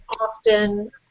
often